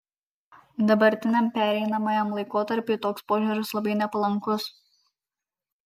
dabartiniam pereinamajam laikotarpiui toks požiūris labai nepalankus